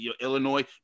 Illinois